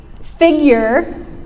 figure